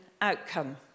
outcome